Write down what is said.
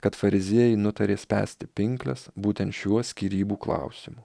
kad fariziejai nutarė spęsti pinkles būtent šiuo skyrybų klausimu